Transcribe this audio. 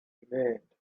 remained